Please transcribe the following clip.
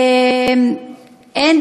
"אין